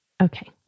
Okay